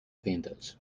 vendors